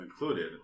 included